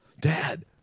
Dad